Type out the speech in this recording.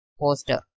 poster